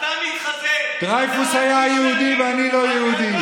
אתם, דמם יהיה בראשכם.